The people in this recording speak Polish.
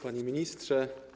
Panie Ministrze!